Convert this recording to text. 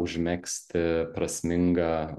užmegzti prasmingą